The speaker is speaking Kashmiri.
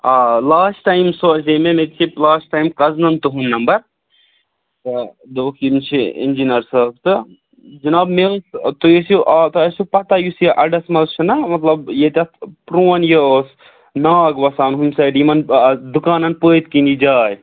آ لاسٹ ٹایم سوزے مےٚ مےٚ دِژے لاسٹ ٹایِم کَزنَن تُہُنٛد نمبر تہٕ دوٚپُکھ یِم چھِ اِنجینَر صٲب تہٕ جِناب مےٚ حظ تُہۍ ٲسِو آ تۄہہِ آسٮ۪و پَتہٕ یُس یہِ اَڈَس منٛز چھُنا مطلب ییٚتٮ۪تھ پرٛون یہِ اوس ناگ وَسان ہُمہِ سایڈٕ یِمَن دُکانَن پٔتۍ کِنی یہ جاے